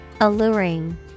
Alluring